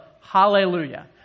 hallelujah